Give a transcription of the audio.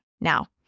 Now